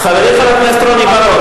חברי חבר הכנסת רוני בר-און,